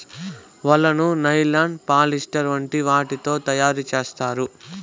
వలను nylon, polyester వంటి వాటితో తయారు చేత్తారు